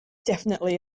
definitively